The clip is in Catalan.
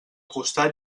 costat